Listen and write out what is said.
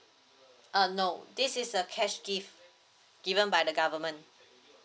err no this is a cash gift given by the government